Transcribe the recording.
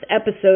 episode